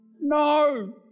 no